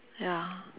ya